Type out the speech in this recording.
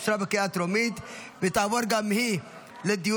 אושרה בקריאה הטרומית ותעבור גם היא לדיון